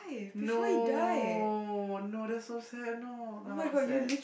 no no that's so sad no no I'm sad